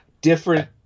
different